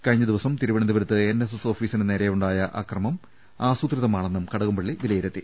കഴിഞ്ഞ ദിവസം തിരുവനന്തപുരത്ത് എൻഎസ്എസ് ഓഫീസിന് നേരെയു ണ്ടായ അക്രമം ആസൂത്രിതമാണെന്നും കടകംപള്ളി വിലയിരുത്തി